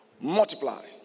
multiply